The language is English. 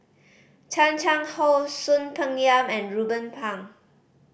Chan Chang How Soon Peng Yam and Ruben Pang